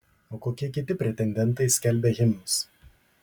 o kokie kiti pretendentai skelbia himnus